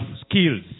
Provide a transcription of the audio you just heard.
skills